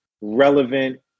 relevant